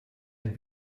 ein